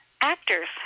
actors